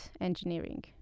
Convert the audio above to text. engineering